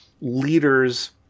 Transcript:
leaders